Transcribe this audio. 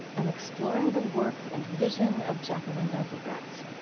i'm exploring the work and vision of jacqueline novogratz.